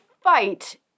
fight